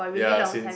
ya since